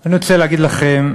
ואני רוצה להגיד לכם: